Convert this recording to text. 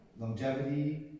Longevity